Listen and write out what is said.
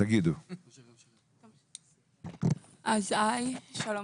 שלום